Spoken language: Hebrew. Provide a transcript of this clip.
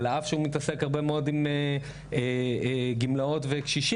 על אף שהוא מתעסק הרבה מאוד עם גמלאות וקשישים,